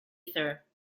ether